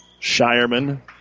Shireman